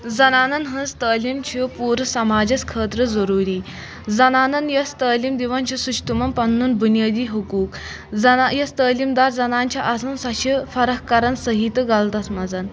زَنان ہٕنٛز تعلیٖم چھِ پوٗرٕ سَماجس خٲطرٕ ضروٗری زنانن یۄس تعلیٖم دِوان چھِ سُہ چھ تِمن بُنیٲدی حقوٗق زنان یۄس تعلیٖم دار زَنان چھِ آسان سۄ چھِ فرق کران صحیح تہٕ غلطس منٛز